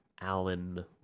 Alan